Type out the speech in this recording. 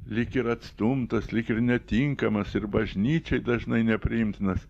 lyg ir atstumtas lyg ir netinkamas ir bažnyčiai dažnai nepriimtinas